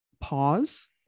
pause